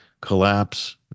collapse